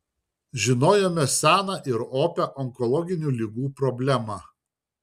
žinojome seną ir opią onkologinių ligų problemą